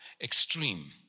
extreme